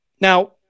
Now